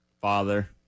Father